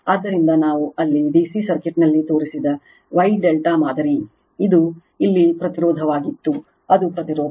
ಆದ್ದರಿಂದ ನಾವು ಅಲ್ಲಿ ಡಿಸಿ ಸರ್ಕ್ಯೂಟ್ನಲ್ಲಿ ತೋರಿಸಿದ Y ∆ ಮಾದರಿ ಅದು ಇಲ್ಲಿ ಪ್ರತಿರೋಧವಾಗಿತ್ತು ಅದು ಪ್ರತಿರೋಧ